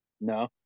No